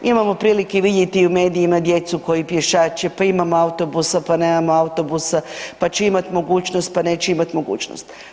Imamo prilike vidjeti i u medijima djecu koji pješače, pa imamo autobusa, pa nemamo autobusa, pa ću imati mogućnost, pa neću imati mogućnost.